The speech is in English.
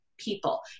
People